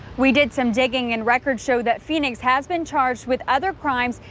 we did some digging and records show that phoenix has been charged with other crimes,